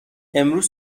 امروز